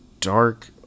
Dark